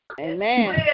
Amen